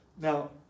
Now